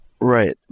Right